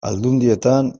aldundietan